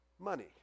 money